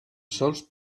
sols